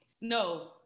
no